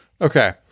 Okay